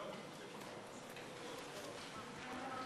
הצעת חוק הפסיכולוגים (תיקון מס' 7),